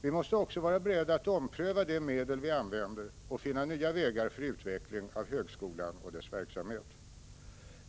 Vi måste också vara beredda att ompröva de medel vi använder och finna nya vägar för utveckling av högskolan och dess verksamhet—-—-—.